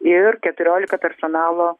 ir keturiolika personalo